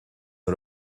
ina